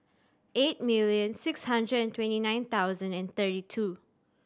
eight million six hundred and twenty nine thousand and twenty two